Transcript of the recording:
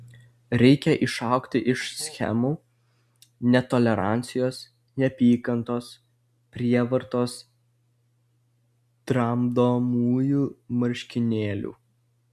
reikia išaugti iš schemų netolerancijos neapykantos prievartos tramdomųjų marškinėlių